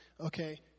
okay